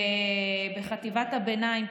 בחטיבת הביניים,